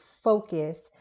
focus